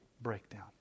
breakdown